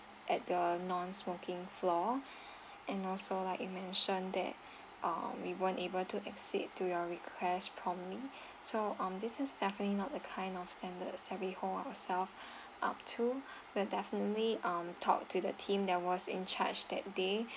at the non smoking floor and also like you mentioned that uh we weren't able to accede to your request promptly so um this is definitely not a kind of standard that we hold ourselves up to we'll definitely um talk to the team that was in charge that day